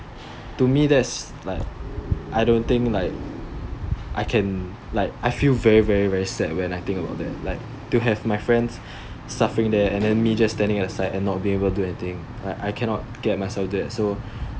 to me that's like I don't think like I can like I feel very very very sad when I think about that like to have my friend suffering there and then me just standing aside and not be able do anything I I cannot get myself that so